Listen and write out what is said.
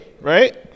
right